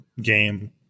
game